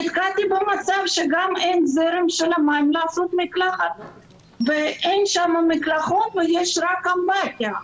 נתקלתי במצב שגם אין זרם של מים לעשות מקלחת ואין מקלחת אלא רק אמבטיה.